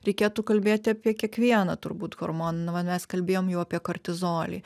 reikėtų kalbėti apie kiekvieną turbūt hormoną nu va mes kalbėjom jau apie kortizolį